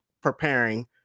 preparing